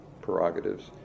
prerogatives